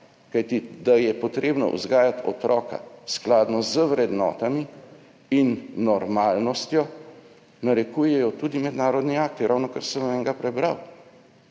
Da je treba vzgajati otroka skladno z vrednotami in normalnostjo, narekujejo tudi mednarodni akti. Ravnokar sem vam enega prebral.